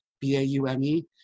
B-A-U-M-E